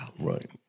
Right